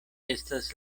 estas